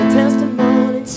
testimony